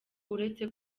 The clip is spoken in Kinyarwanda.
uretse